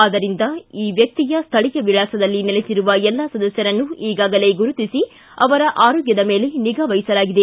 ಆದ್ದರಿಂದ ಈ ವ್ಯಕ್ತಿಯ ಸ್ಥಳೀಯ ವಿಳಾಸದಲ್ಲಿ ನೆಲೆಸಿರುವ ಎಲ್ಲಾ ಸದಸ್ಕರನ್ನು ಈಗಾಗಲೇ ಗುರುತಿಸಿ ಅವರ ಆರೋಗ್ಯದ ಮೇಲೆ ನಿಗಾವಹಿಸಲಾಗಿದೆ